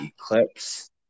Eclipse